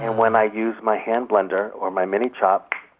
when i used my hand blender or my mini-chop,